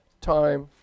time